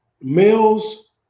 Males